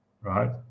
right